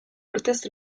urtez